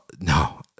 no